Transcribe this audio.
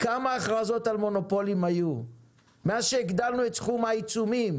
כמה הכרזות על מונופולים היו מאז שהגדלנו את סכום העיצומים